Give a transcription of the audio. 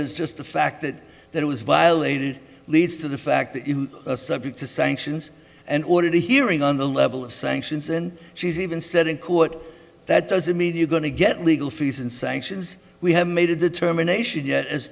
is just the fact that that was violated leads to the fact that you are subject to sanctions and ordered a hearing on the level of sanctions and she's even said in court that doesn't mean you're going to get legal fees and sanctions we have made a determination yet as